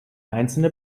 einzelne